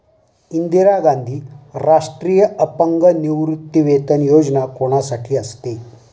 इंदिरा गांधी राष्ट्रीय अपंग निवृत्तीवेतन योजना कोणासाठी असते?